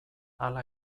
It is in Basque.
hala